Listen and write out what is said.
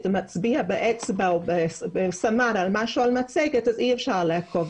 ומצביע באצבע או בסמן על המצגת ובמקרה זה אי אפשר לעקוב.